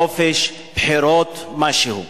חופש, בחירות, משהו.